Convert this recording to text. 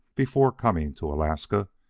before coming to alaska,